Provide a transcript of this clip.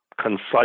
concise